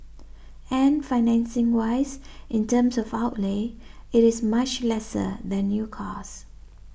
and financing wise in terms of outlay it is much lesser than new cars